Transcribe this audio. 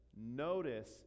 Notice